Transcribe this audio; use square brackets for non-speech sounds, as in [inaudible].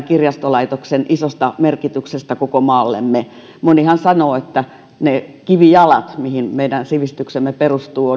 [unintelligible] kirjastolaitoksen isosta merkityksestä koko maallemme monihan sanoo että ne kivijalat mihin meidän sivistyksemme perustuu [unintelligible]